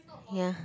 ya